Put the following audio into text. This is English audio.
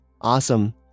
Awesome